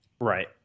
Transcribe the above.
Right